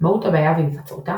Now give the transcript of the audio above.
מהות הבעיה והיווצרותה.